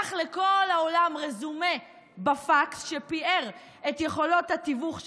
שלח לכל העולם רזומה בפקס שפיאר את יכולות התיווך שלו,